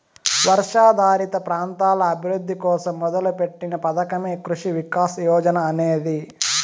వర్షాధారిత ప్రాంతాల అభివృద్ధి కోసం మొదలుపెట్టిన పథకమే కృషి వికాస్ యోజన అనేది